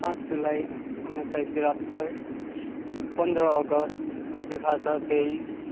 पाँच जुलाई उन्नाइस सय त्रिहत्तर पन्ध्र अगस्त दुई हजार तेइस